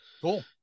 Cool